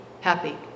happy